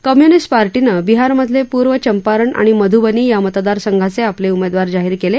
communist पार्टीनं बिहारमधले पूर्व चंपारण आणि मधुबनी या मतदारसंघाचे आपले उमेदवार जाहीर केले